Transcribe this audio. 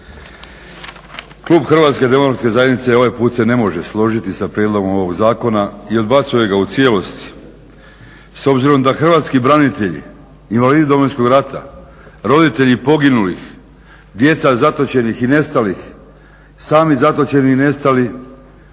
Klub HDZ-a ovaj put se ne može složiti sa prijedlogom ovog zakona i odbacuje ga u cijelosti s obzirom da hrvatski branitelji, invalidi Domovinskog rata, roditelji poginulih, djeca zatočenih i nestalih, sami zatočeni i nestali